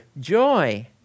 joy